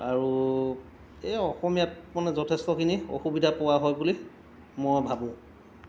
আৰু এই অসমীয়াত মানে যথেষ্টখিনি অসুবিধা পোৱা হয় বুলি মই ভাবোঁ